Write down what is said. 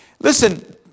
Listen